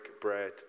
bread